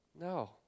No